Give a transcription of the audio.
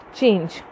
change